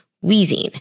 wheezing